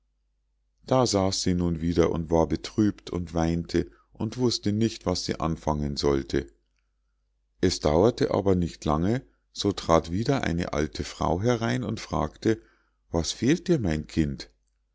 da saß sie nun wieder und war betrübt und weinte und wußte nicht was sie anfangen sollte es dauerte aber nicht lange so trat wieder eine alte frau herein und fragte was fehlt dir mein kind